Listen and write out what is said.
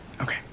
Okay